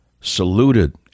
saluted